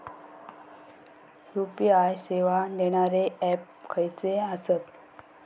UPI सेवा देणारे app खयचे आसत?